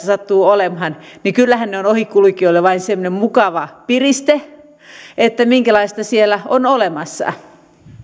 sattuu olemaan ovat ohikulkijoille vain semmoinen mukava piriste että minkälaista siellä on olemassa